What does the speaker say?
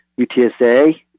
UTSA